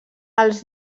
els